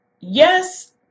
yes